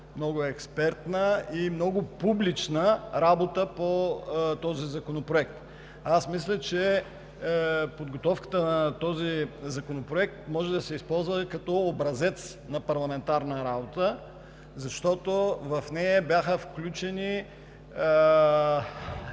много експертна и много публична работа по този законопроект. Мисля, че подготовката на Законопроекта може да се използва като образец на парламентарна работа, защото в нея бяха включени